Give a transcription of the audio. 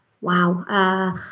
Wow